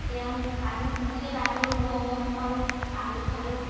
তেতিয়া সেই পানী বেছিকৈ বাঢ়ি গ'ল ময়ো গম নাপালোঁ পানী খালোঁ